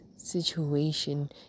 situation